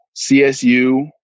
CSU